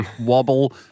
wobble